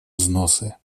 взносы